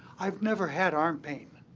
i've never had arm pain.